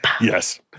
Yes